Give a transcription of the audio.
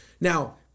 Now